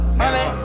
money